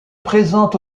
présente